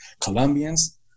Colombians